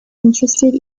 interested